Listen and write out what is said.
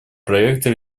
проекта